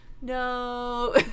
no